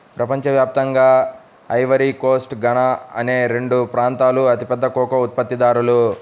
ప్రపంచ వ్యాప్తంగా Ivory Coast, Ghana అనే రెండు ప్రాంతాలూ అతిపెద్ద కోకో ఉత్పత్తిదారులు